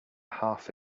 half